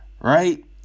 Right